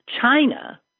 China